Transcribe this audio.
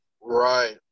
Right